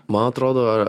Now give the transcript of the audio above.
man atrodo